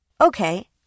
Okay